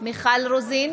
מיכל רוזין,